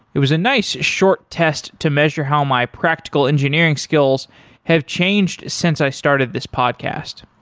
it was a nice short test to measure how my practical engineering skills have changed since i started this podcast.